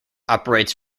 operates